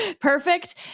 Perfect